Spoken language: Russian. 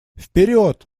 вперед